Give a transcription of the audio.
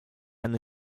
hanno